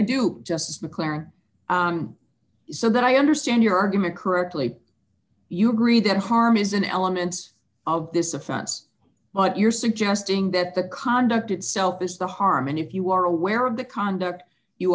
do justice mclaren so that i understand your argument correctly you agree that harm is an element of this offense but you're suggesting that the conduct itself is the harm and if you are aware of the conduct you